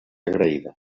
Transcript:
agraïda